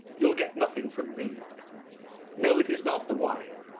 you'll get nothing from me no, it is not the wine.